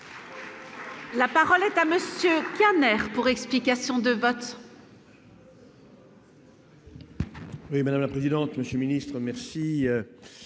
La parole est à madame. Pour explication de vote.